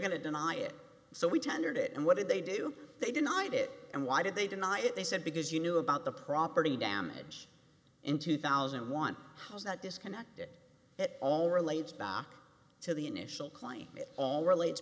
going to deny it so we tendered it and what did they do they denied it and why did they deny it they said because you knew about the property damage in two thousand and one house that disconnected it all relates back to the initial claim it all relates